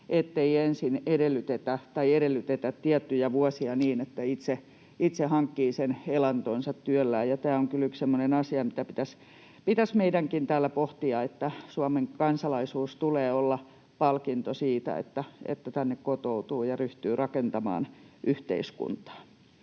ettei ensin edellytetä tiettyjä vuosia niin, että itse hankkii sen elantonsa työllään. Ja tämä on kyllä yksi semmoinen asia, mitä pitäisi meidänkin täällä pohtia, että Suomen kansalaisuuden tulee olla palkinto siitä, että tänne kotoutuu ja että täällä ryhtyy rakentamaan yhteiskuntaa.